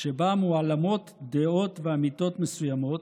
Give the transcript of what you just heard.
שבה מועלמות דעות ואמיתות מסוימות,